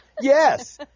Yes